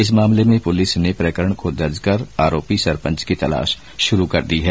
इस मामले में पुलिस ने प्रकरण को दर्ज आरोपी सरपंच की तलाश शुरू कर दी है